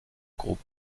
groupe